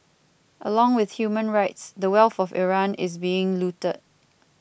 along with human rights the wealth of Iran is being looted